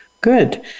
Good